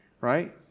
Right